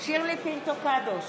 שירלי פינטו קדוש,